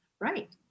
Right